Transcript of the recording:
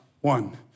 one